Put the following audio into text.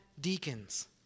deacons